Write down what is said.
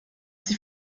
sich